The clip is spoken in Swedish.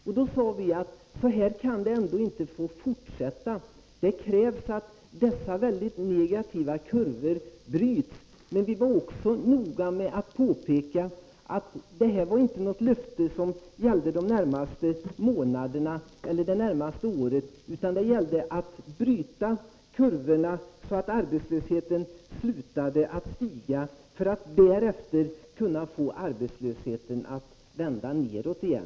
Vi sade då: Så här kan det ändå inte få fortsätta. Det krävs att dessa mycket negativa kurvor bryts. Men vi var också noga med att påpeka att detta inte var ett löfte som gällde de närmaste månaderna eller det närmaste året, utan syftet var att bryta kurvorna, så att arbetslösheten slutade stiga, för att vi därefter skulle kunna få arbetslösheten att vända nedåt igen.